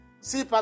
See